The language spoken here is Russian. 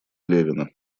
левина